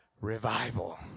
Revival